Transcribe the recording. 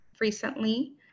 recently